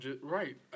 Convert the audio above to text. Right